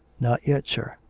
not yet, sir.